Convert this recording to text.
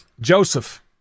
Joseph